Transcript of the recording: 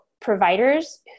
providers